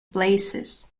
places